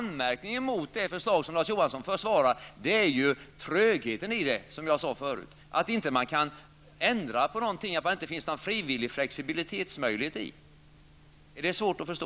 Anmärkningen mot det förslag som Larz Johansson försvarar är ju trögheten i det, som jag sade förut, att man inte kan ändra på något och att det inte finns någon frivillig flexibilitetsmöjlighet i det. Är det svårt att förstå?